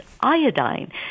iodine